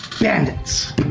Bandits